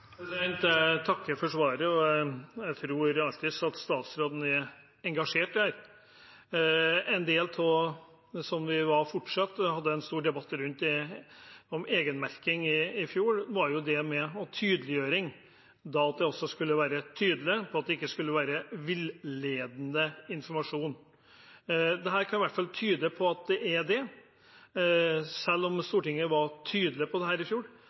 Jeg takker for svaret. Jeg tror statsråden er engasjert i dette. Vi hadde en stor debatt om egenmerking i fjor, og en del av det var tydeliggjøring, at det skulle være tydelig og ikke villedende informasjon. Dette kan i hvert fall tyde på at det er det, selv om Stortinget var tydelig på dette i fjor.